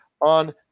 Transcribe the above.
on